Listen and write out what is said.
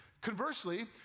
Conversely